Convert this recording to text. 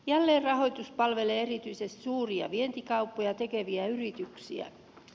jälleenrahoitus palvelee erityisesti suuria vientikauppoja tekeviä yrityksiä